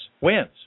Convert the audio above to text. wins